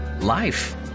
Life